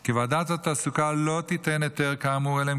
כי ועדת התעסוקה לא תיתן היתר כאמור אלא אם